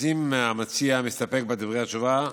אז אם המציע מסתפק בדברי התשובה,